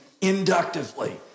inductively